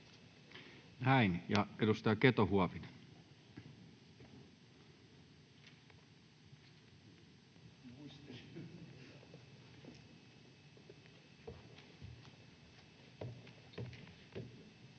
Näin. — Edustaja Keto-Huovinen. Kiitos,